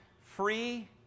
free